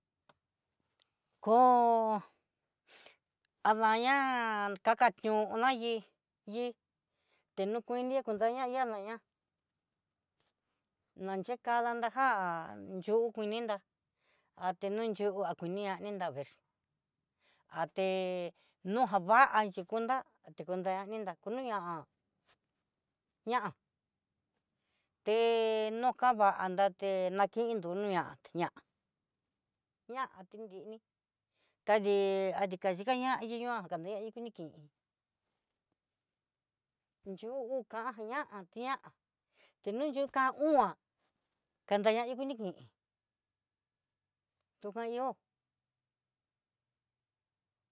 Koo adaña kationa yi yi teñokuendie kondana ihá na ihá, nayenkada nrajá yu'u kuii ninda atenon chió akuniá ni nan vexhi. nojan va'a xhikunda, xhikunda ni nrá kuniu nia'a ña'a té nokama té nakindó nuniá ti ña'a ña'a tinrini, tadii adikaña yiñoa kande diki ni kiin yukujan ñá jan na tián, ti nruyu ká o'an kadanaivi ni kiin tujan ihó.